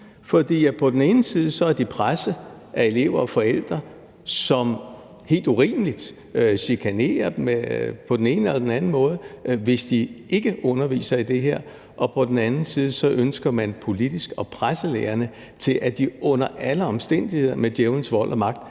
fordi de på den ene side er presset af elever og forældre, som helt urimeligt chikanerer dem på den ene eller den anden måde, hvis de underviser i det her, og på den anden side ønsker man politisk at presse lærerne til, at de under alle omstændigheder med djævlens vold og magt